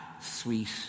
sweet